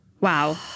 Wow